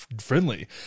friendly